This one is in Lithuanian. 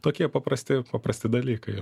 tokie paprasti paprasti dalykai